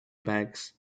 bags